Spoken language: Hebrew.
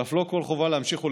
ואף לא כל חובה להמשיך ולקיימו.